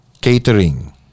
catering